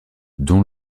dont